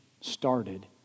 started